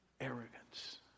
Arrogance